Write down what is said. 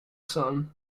son